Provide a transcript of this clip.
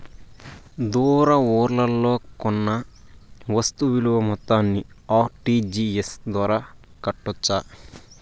దూర ఊర్లలో కొన్న వస్తు విలువ మొత్తాన్ని ఆర్.టి.జి.ఎస్ ద్వారా కట్టొచ్చా?